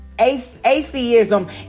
atheism